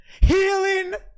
Healing